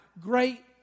great